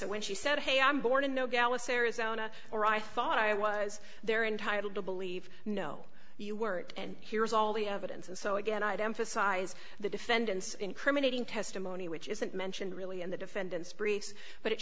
so when she said hey i'm born in nogales arizona or i thought i was they're entitled to believe no you weren't and here's all the evidence and so again i'd emphasize the defendant's incriminating testimony which isn't mentioned really in the defendant's briefs but it